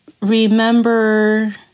remember